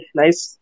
nice